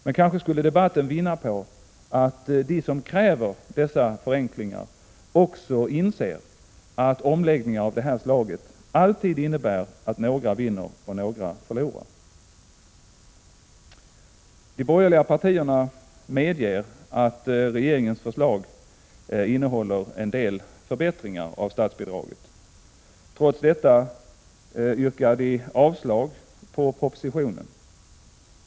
Men kanske skulle debatten vinna på att de som kräver dessa förenklingar också inser att omläggningar av det slaget alltid innebär att några vinner och några förlorar. De borgerliga partierna medger att regeringens förslag innehåller en del förbättringar av statsbidraget. Trots detta yrkar de avslag på propositionen.